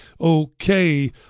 Okay